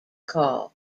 call